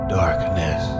darkness